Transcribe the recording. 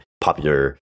popular